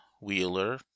wheeler